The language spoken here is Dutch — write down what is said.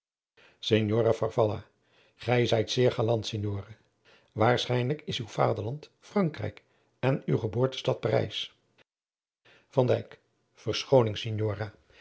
farfalla gij zijt zeer galant signore waarschijnlijk is uw vaderland frankrijk en uw geboortestad